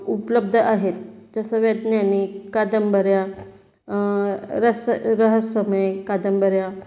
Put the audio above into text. उपलब्ध आहेत जसं वैज्ञानिक कादंबऱ्या रस्य रहस्यमय कादंबऱ्या